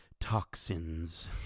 toxins